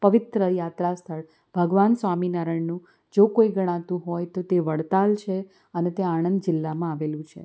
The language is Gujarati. પવિત્ર યાત્રાસ્થળ ભગવાન સ્વામિનારાયણનું જો કોઈ ગણાતું હોય તો તે વડતાલ છે અને ત્યાં આણંદ જિલ્લામાં આવેલું છે